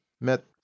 met